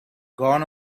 gone